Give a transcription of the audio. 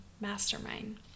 mastermind